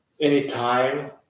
anytime